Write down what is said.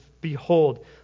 behold